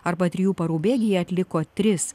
arba trijų parų bėgyje atliko tris